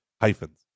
Hyphens